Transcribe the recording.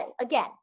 again